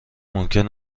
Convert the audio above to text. ممکن